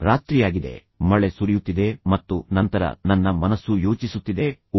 ರಾತ್ರಿಯಾಗಿದೆ ಮಳೆ ಸುರಿಯುತ್ತಿದೆ ಮತ್ತು ನಂತರ ನನ್ನ ಮನಸ್ಸು ಯೋಚಿಸುತ್ತಿದೆ ಓಹ್